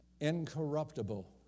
incorruptible